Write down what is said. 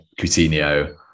Coutinho